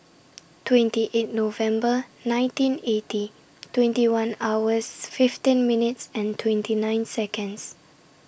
twenty eight November nineteen eighty twenty one hours fifteen minutes and twenty nine Seconds